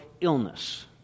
illness